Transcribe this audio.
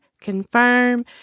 confirm